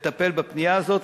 לטפל בפנייה הזאת,